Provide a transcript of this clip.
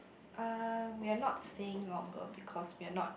uh we are not staying longer because we are not